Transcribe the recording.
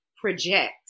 project